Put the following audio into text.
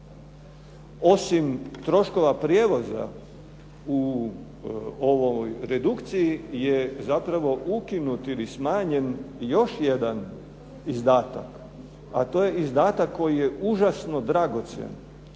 Osim troškova prijevoza u ovoj redukciji je zapravo ukinut i smanjen još jedan izdatak, a to je izdatak koji je užasno dragocjen,